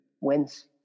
wins